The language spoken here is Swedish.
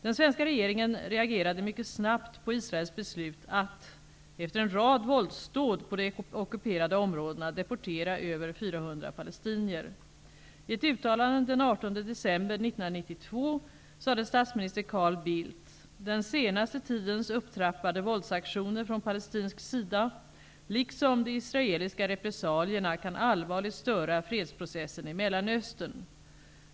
Den svenska regeringen reagerade mycket snabbt på Israels beslut att, efter en rad våldsdåd på de ockuperade områdena, deportera över 400 sade statsminister Carl Bildt: ''Den senaste tidens upptrappade våldsaktioner från palestinsk sida liksom de israeliska repressalierna kan allvarligt störa fredsprocessen i Mellanöstern.